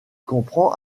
comprend